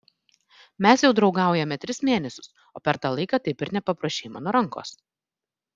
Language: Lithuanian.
mes jau draugaujame tris mėnesius o per tą laiką taip ir nepaprašei mano rankos